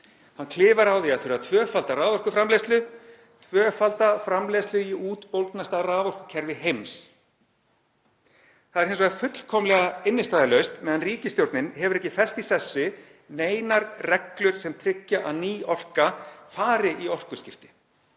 Hann klifar á því að það þurfi að tvöfalda raforkuframleiðslu, tvöfalda framleiðslu í útbólgnasta raforkukerfi heims. Það er hins vegar fullkomlega innstæðulaust meðan ríkisstjórnin hefur ekki fest í sessi neinar reglur sem tryggja að ný orka fari í orkuskipti.